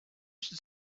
should